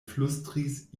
flustris